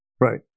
Right